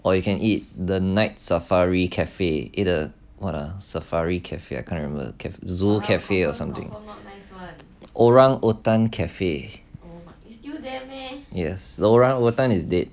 or you can eat the night safari cafe either what ah safari cafe I can't remember zoo cafe or something orangutan cafe yes the orangutan is dead